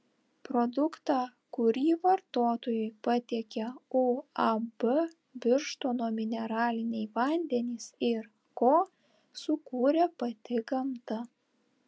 produktą kurį vartotojui patiekia uab birštono mineraliniai vandenys ir ko sukūrė pati gamta